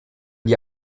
die